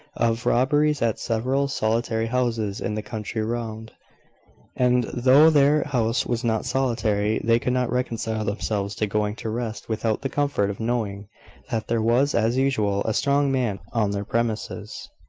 of robberies at several solitary houses in the country round and, though their house was not solitary, they could not reconcile themselves to going to rest without the comfort of knowing that there was, as usual, a strong man on their premises.